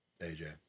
AJ